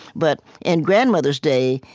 but in grandmother's day,